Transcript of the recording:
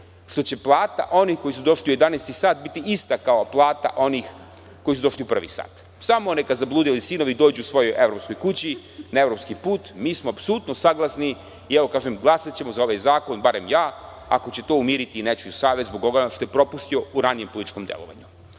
što će plata onih koji su došli u jedanaestom satu biti ista kao plata onih koji su došli u prvi sat. Samo neka zabludeli sinovi dođu svojoj evropskoj kući, na evropski put, mi smo apsolutno saglasni i glasaćemo za ovaj zakon, barem ja, ako će to umiriti nečiju savest zbog onoga što je propustio u ranijem političkom delovanju. Ali,